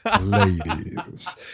Ladies